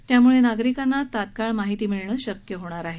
त्यामुळे नागरीकांना तत्काळ माहिती मिळणं शक्य होणार आहे